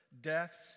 deaths